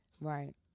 Right